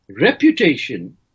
reputation